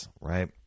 right